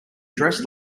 dressed